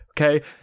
Okay